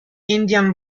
indian